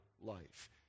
life